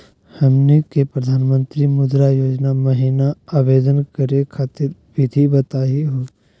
हमनी के प्रधानमंत्री मुद्रा योजना महिना आवेदन करे खातीर विधि बताही हो?